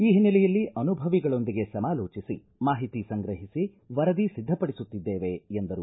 ಈ ಹಿನ್ನೆಲೆಯಲ್ಲಿ ಅನುಭವಿಗಳೊಂದಿಗೆ ಸಮಾಲೋಚಿಸಿ ಮಾಹಿತಿ ಸಂಗ್ರಹಿಸಿ ವರದಿ ಸಿದ್ಧಪಡಿಸುತ್ತಿದ್ದೇವೆ ಎಂದರು